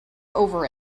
over